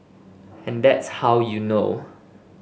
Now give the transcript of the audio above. and that's how you know